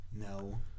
no